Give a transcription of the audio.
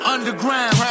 Underground